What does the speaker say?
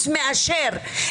אי אפשר לחזור בצעדים אחורה,